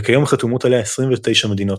וכיום חתומות עליה 29 מדינות,